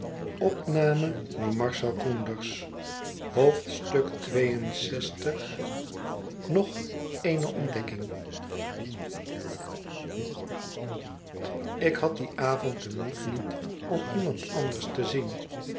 nog eene ontdekking ik had dien avond den moed niet om iemand anders te zien